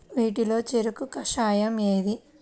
వీటిలో చెరకు కషాయం ఏది?